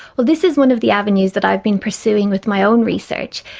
well, this is one of the avenues that i've been pursuing with my own research,